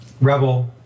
rebel